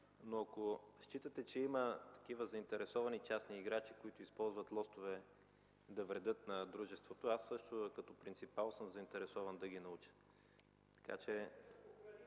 но ако считате, че има такива заинтересовани частни играчи, които използват лостове да вредят на дружеството, аз също като принципал съм заинтересован да ги науча.